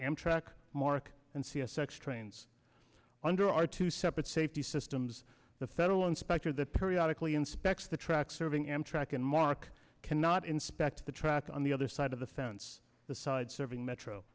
amtrak mark and c s x trains under our two separate safety systems the federal inspector that periodical inspects the tracks serving amtrak and mark cannot inspect the track on the other side of the fence the side serving metro